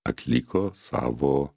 atliko savo